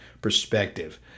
perspective